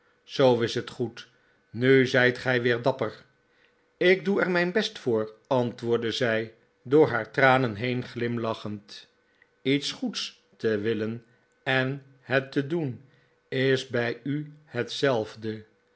zoo is het goed nu zijt gij weer dapper ik doe er mijn best voor antwoordde zij door haar tranen heen glimlachend iets goeds te willen en het te doen is bij u hetzelfde